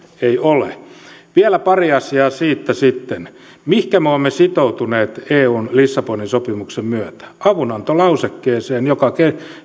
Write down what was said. ei ole vielä pari asiaa sitten siitä mihinkä me olemme sitoutuneet eun lissabonin sopimuksen myötä avunantolausekkeeseen joka